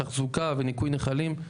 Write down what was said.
תחזוקה וניקוי נחלים,